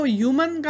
human